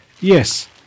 yes